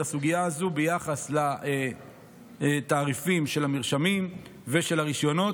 הסוגיה הזו ביחס לתעריפים של המרשמים ושל הרישיונות.